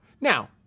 Now